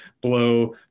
blow